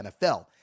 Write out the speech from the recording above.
NFL